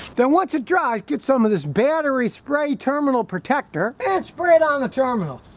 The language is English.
then once it dries get some of this battery spray terminal protector and spray it on the terminals,